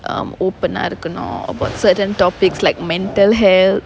um open ah இருக்கனும்:irukkanum about certain topics like mental health